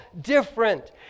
different